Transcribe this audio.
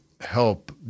help